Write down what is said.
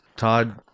Todd